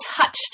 touched